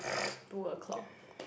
two o-clock